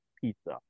Pizza